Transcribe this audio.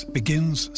begins